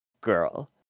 girl